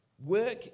Work